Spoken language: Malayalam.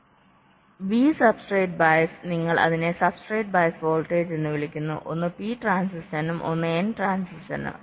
വി സബ്സ്ട്രേറ്റ് ബയസ് നിങ്ങൾ അതിനെ സബ്സ്ട്രേറ്റ് ബയസ് വോൾട്ടേജ് എന്ന് വിളിക്കുന്നു ഒന്ന് പി ട്രാൻസിസ്റ്ററിനും ഒന്ന് എൻ ട്രാൻസിസ്റ്ററിനും